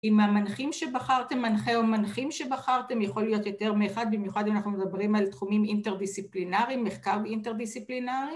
אם המנחים שבחרתם, מנחה או מנחים שבחרתם, יכול להיות יותר מאחד – במיוחד אם אנחנו מדברים על תחומים אינטרדיסציפלינריים, מחקר אינטרדיסציפלינרי